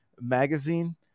magazine